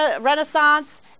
Renaissance